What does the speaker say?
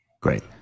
great